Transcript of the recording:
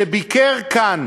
ביקר כאן